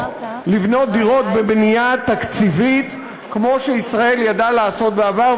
לבנות דירות בבנייה תקציבית כמו שישראל ידעה לעשות בעבר,